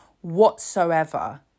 whatsoever